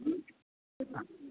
ആ